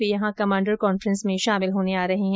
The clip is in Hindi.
वे यहां कमांडर कॉन्फ्रेंस में शामिल होने आ रहे हैं